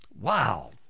Wow